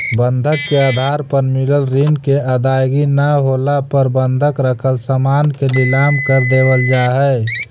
बंधक के आधार पर मिलल ऋण के अदायगी न होला पर बंधक रखल सामान के नीलम कर देवल जा हई